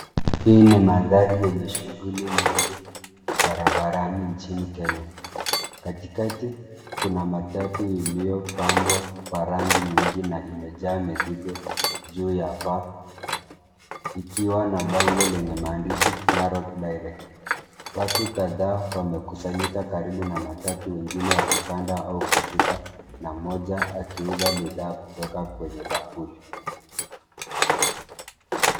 Hii ni mandhari yenye shughuli nyingi barabarani nchini Kenya. Katikati kuna matatu iliyopambwa kwa rangi nyingi na imejaa mizigi juu ya paa, ikiwa na bango lenye maandishi, Narok Direct. Watu kadhaa wamekusanyika karibu na matatu, wengine wakipanda au kushuka, na mmoja akiuza bidhaa kutoka kwenye bakuli.